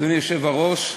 אדוני היושב-ראש,